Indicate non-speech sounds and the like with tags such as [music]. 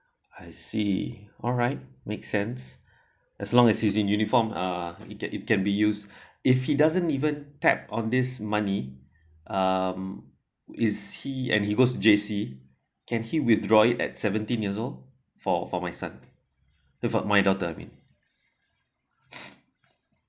I see alright make sense as long as is in uniform uh it can it can be used [breath] if he doesn't even tap on this money um it's he and he goes J_C can he withdraw it at seventeen years old for for my son eh not my daughter I mean [breath]